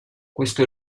questo